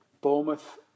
Bournemouth